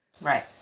Right